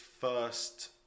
first